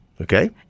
Okay